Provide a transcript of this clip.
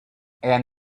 and